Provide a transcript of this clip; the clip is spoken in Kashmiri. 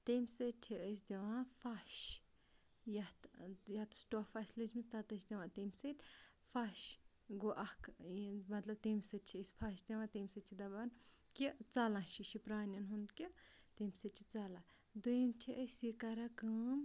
تَمہِ سۭتۍ چھِ أسۍ دِوان فَش یَتھ یَتَس ٹۄپھ آسہِ لٔجمٕژ تَتٮ۪تھ چھِ دِوان تَمہِ سۭتۍ فش گوٚو اَکھ یہِ مطلب تَمہِ سۭتۍ چھِ أسۍ فش دِوان تَمہِ سۭتۍ چھِ دَپان کہِ ژَلان چھِ یہِ چھِ پرٛانٮ۪ن ہیُٚنٛد کہِ تَمہِ سۭتۍ چھِ ژلان دۄیِم چھِ أسۍ یہِ کران کٲم